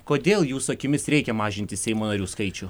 kodėl jūsų akimis reikia mažinti seimo narių skaičių